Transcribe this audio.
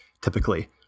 typically